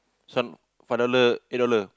sun five dollar eight dollar